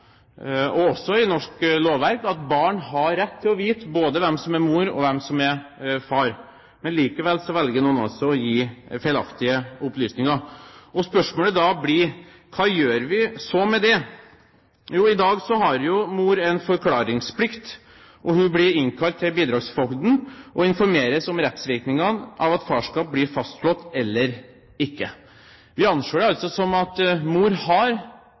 og også i norsk lovverk at barn har rett til å vite både hvem som er mor, og hvem som er far, men likevel velger altså noen å gi feilaktige opplysninger. Spørsmålet blir da: Hva gjør vi så med det? Jo, i dag har mor en forklaringsplikt. Hun blir innkalt til bidragsfogden og informeres om rettsvirkningene av at farskap blir fastslått eller ikke. Vi anser det altså som at mor allerede har